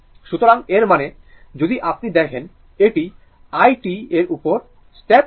সুতরাং এর মানে যদি আপনি দেখেন এটি i t এর স্টেপ রেসপন্স হবে